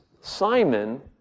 Simon